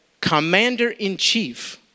Commander-in-Chief